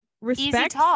Respect